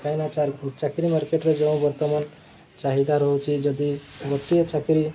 କାହିଁକିନା ଚାକିରି ମାର୍କେଟରେ ଯେଉଁ ବର୍ତ୍ତମାନ ଚାହିଦା ରହୁଛି ଯଦି ଗୋଟିଏ ଚାକିରି